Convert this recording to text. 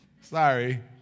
sorry